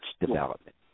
development